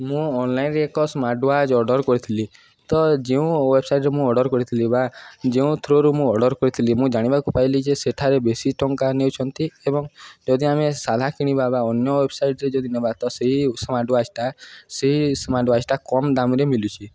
ମୁଁ ଅନଲାଇନ୍ରେ ଏକ ସ୍ମାର୍ଟ ୱାଚ୍ ଅର୍ଡ଼ର୍ କରିଥିଲି ତ ଯେଉଁ ୱେବସାଇଟ୍ରେ ମୁଁ ଅର୍ଡ଼ର୍ କରିଥିଲି ବା ଯେଉଁ ଥ୍ରୁରୁ ମୁଁ ଅର୍ଡ଼ର୍ କରିଥିଲି ମୁଁ ଜାଣିବାକୁ ପାଇଲି ଯେ ସେଠାରେ ବେଶୀ ଟଙ୍କା ନେଉଛନ୍ତି ଏବଂ ଯଦି ଆମେ ସାଧା କିଣିବା ବା ଅନ୍ୟ ୱେବସାଇଟ୍ରେେ ଯଦି ନେବା ତ ସେଇ ସ୍ମାର୍ଟ ୱାଚ୍ଟା ସେଇ ସ୍ମାର୍ଟ ୱାଚ୍ଟା କମ୍ ଦାମ୍ରେ ମିଲୁଛି